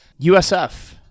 USF